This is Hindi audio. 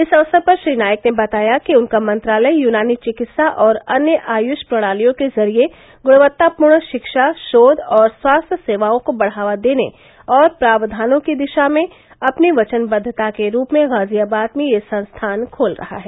इस अवसर पर श्री नाइक ने बताया कि उनका मंत्रालय यूनानी चिकित्सा और अन्य आयूष प्रणालियों के जरिए गुणवत्तापूर्ण शिक्षा शोय और स्वास्थ्य सेवाओं को बढ़ावा देने और प्रावधानों की दिशा में अपनी वचनबद्दता के रूप में गाजियाबाद में यह संस्थान खोल रहा है